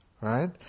right